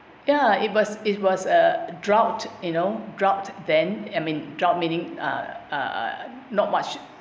ya it was it was uh drought you know drought then I mean drought meaning uh uh uh not much